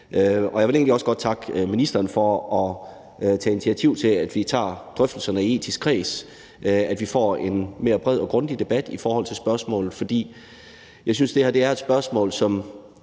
Jeg vil egentlig også godt takke ministeren for at tage initiativ til, at vi tager drøftelserne i den etiske kreds, og at vi får en mere bred og grundig debat i forhold til spørgsmålet. For jeg synes, det her er et spørgsmål, som